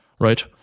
right